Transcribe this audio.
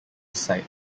site